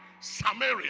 Samaria